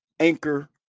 Anchor